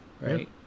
Right